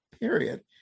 period